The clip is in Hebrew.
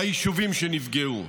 ליישובים שנפגעו.